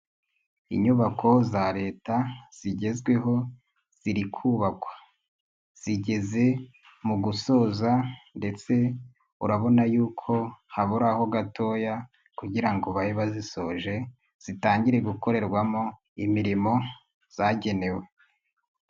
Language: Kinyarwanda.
inyubako za Leta zigezweho, ziri kubakwa, zigeze mu gusoza ndetse urabona y'uko habura ho gatoya kugira ngo babe bazisoje, zitangire gukorerwamo imirimo zagenewe.